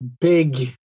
big